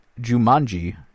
Jumanji